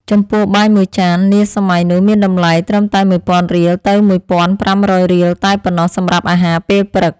ចំពោះបាយមួយចាននាសម័យនោះមានតម្លៃត្រឹមតែមួយពាន់រៀលទៅមួយពាន់ប្រាំរយរៀលតែប៉ុណ្ណោះសម្រាប់អាហារពេលព្រឹក។